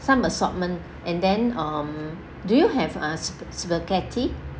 some assortment and then um do you have uh sp~ spaghetti